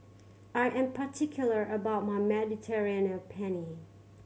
I am particular about my Mediterranean and Penne